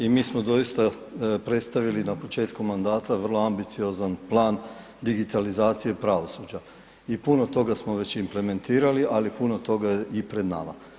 I mi smo doista predstavili na početku mandata vrlo ambiciozan plan digitalizacije pravosuđa i puno toga smo već implementirali, ali puno toga je i pred nama.